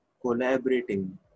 collaborating